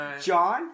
John